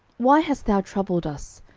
why hast thou troubled us?